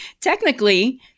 technically